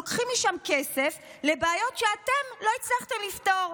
לוקחים משם כסף לפתרון בעיות שאתם לא הצלחתם לפתור.